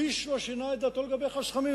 ואיש לא שינה את דעתו לגבי החסכמים,